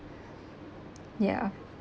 ya